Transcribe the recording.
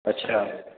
अच्छा